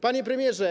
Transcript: Panie Premierze!